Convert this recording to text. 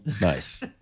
nice